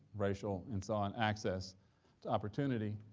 racial, and so on access to opportunity.